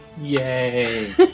Yay